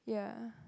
yeah